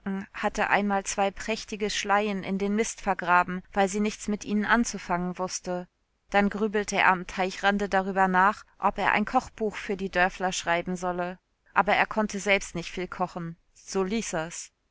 hatte einmal zwei prächtige schleien in den mist vergraben weil sie nichts mit ihnen anzufangen wußte dann grübelte er am teichrande darüber nach ob er ein kochbuch für die dörfler schreiben solle aber er konnte selbst nicht viel kochen so ließ er's